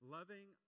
Loving